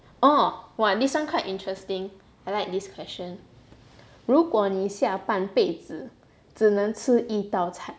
oh !wah! this one quite interesting I like this question 如果你下半辈子只能吃一道菜